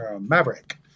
Maverick